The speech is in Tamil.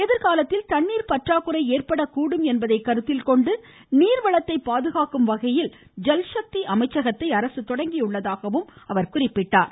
எதிர்காலத்தில் தண்ணீர் பற்றாக்குறை என்பகை கருத்தில்கொண்டு நீர்வளத்தை பாதுகாக்கும் வகையில் ஜல்சக்தி அமைச்சகத்தை அரசு தொடங்கியுள்ளதாக குறிப்பிட்டார்